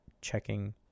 checking